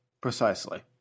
precisely